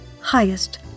highest